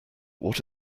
what